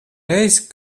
reizi